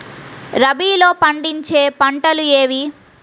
రబీలో పండించే పంటలు ఏవి?